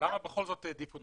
כמה בכל זאת הדיפולט?